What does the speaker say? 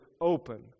open